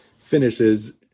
finishes